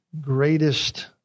greatest